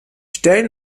stellen